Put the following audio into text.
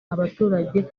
abaturage